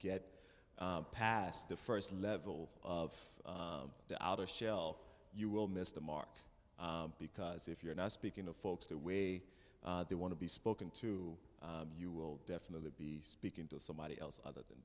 get past the first level of the outer shell you will miss the mark because if you're not speaking to folks the way they want to be spoken to you will definitely be speaking to somebody else other than